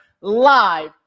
live